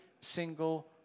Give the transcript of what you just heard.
single